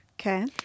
okay